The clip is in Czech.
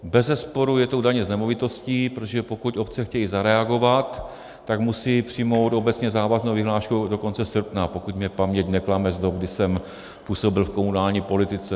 Bezesporu je to u daně z nemovitostí, protože pokud obce chtějí zareagovat, tak musí přijmout obecně závaznou vyhlášku do konce srpna, pokud mě paměť neklame z dob, kdy jsem působil v komunální politice.